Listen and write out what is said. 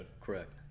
Correct